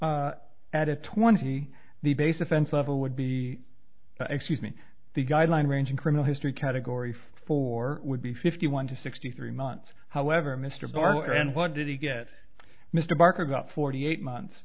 what at twenty the base offense level would be excuse me the guideline range in criminal history category four would be fifty one to sixty three months however mr barlow and what did he get mr barker got forty eight months